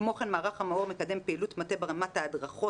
כמו כן מערך המאו"ר מקדם פעילות מטה ברמת ההדרכות